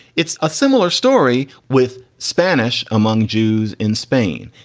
it's a similar story with spanish among jews in spain,